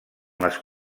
les